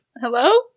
Hello